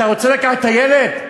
אתה רוצה לקחת את הילד?